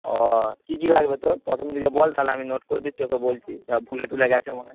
ও কী কী লাগবে তোর প্রথম থেকে বল তাহলে আমি নোট করে দিচ্ছি ওকে বলছি সব ভুলে টুলে গেছে মনে হয়